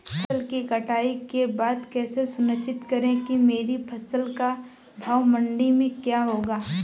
फसल की कटाई के बाद कैसे सुनिश्चित करें कि मेरी फसल का भाव मंडी में क्या होगा?